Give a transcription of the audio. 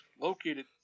Located